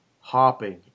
hopping